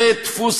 זה דפוס